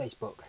facebook